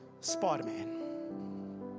Spider-Man